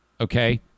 Okay